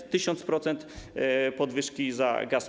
To 1000% podwyżki za gaz.